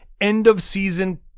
end-of-season